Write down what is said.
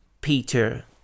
Peter